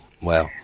Wow